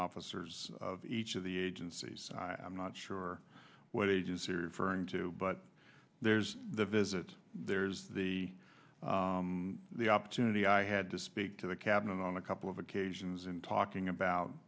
officers of each of the agencies i'm not sure what agency referring to but there's the visit there's the the opportunity i had to speak to the cabinet on a couple of occasions in talking about